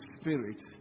spirit